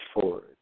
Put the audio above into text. forward